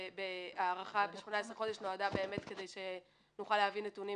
ההארכה ב-18 חודש נועדה כדי שנוכל להביא נתונים